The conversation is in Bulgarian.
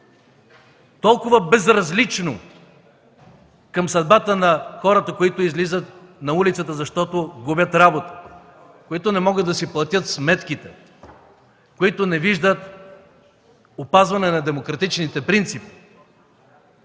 толкова безразлично към съдбата на хората, които излизат на улицата, защото губят работа и не могат да си платят сметките, не виждат опазване на демократичните принципи.